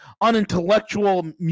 unintellectual